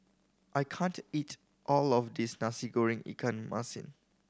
I can't eat all of this Nasi Goreng ikan masin